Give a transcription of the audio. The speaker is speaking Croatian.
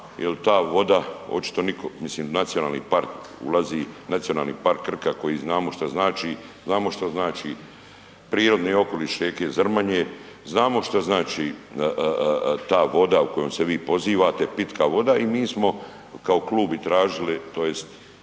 jer ta voda očito nikog, mislim nacionalni park ulazi, Nacionalni park Krka koji znamo šta znači, znamo šta znači prirodni okoliš rijeke Zrmanje, znamo šta znači ta voda u kojom vi pozivate, pitka voda i mi smo kao klub i tražili, tj.